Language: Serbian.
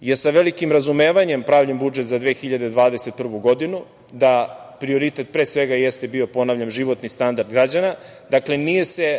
je sa velikim razumevanjem pravljen budžet za 2021. godinu, da prioritet, pre svega jeste bio, ponavljam, životni standard građana. Dakle, nije se